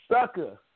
sucker